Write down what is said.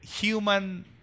human